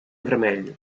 vermelho